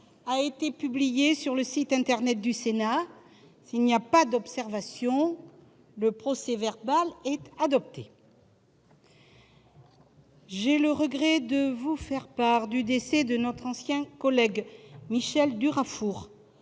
a été publié sur le site internet du Sénat. Il n'y a pas d'observation ?... Le procès-verbal est adopté. J'ai le regret de vous faire part du décès de notre ancien collègue Michel Durafour,